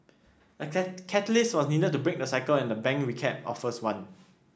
a catalyst was needed to break the cycle and the bank recap offers one